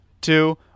two